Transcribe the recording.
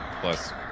plus